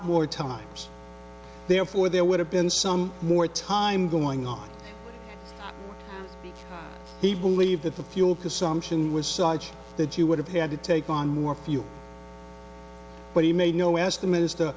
more times therefore there would have been some more time going on he believed that the fuel consumption was such that you would have had to take on more fuel but he made no estimate as to